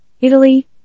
Italy